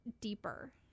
deeper